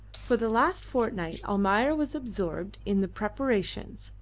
for the last fortnight almayer was absorbed in the preparations,